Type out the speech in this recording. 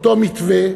אותו מתווה.